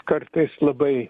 kartais labai